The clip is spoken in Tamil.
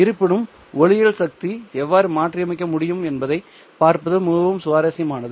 இருப்பினும் ஒளியியல் சக்தியை எவ்வாறு மாற்றியமைக்க முடியும் என்பதைப் பார்ப்பது மிகவும் சுவாரஸ்யமானது